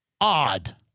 Odd